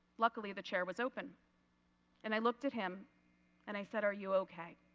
luckily the chair was open and i looked at him and i said are you okay.